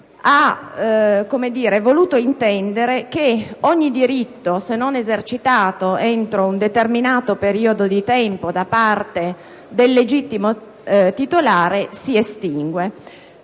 ha voluto intendere che ogni diritto si estingue, se non esercitato entro un determinato periodo di tempo da parte del legittimo titolare. Quindi